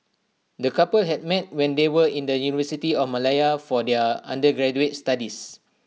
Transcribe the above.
the couple had met when they were in the university of Malaya for their undergraduate studies